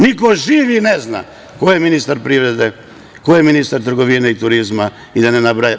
Niko živi ne zna ko je ministar privrede, ko je ministar trgovine i turizma, da ne nabrajam dalje.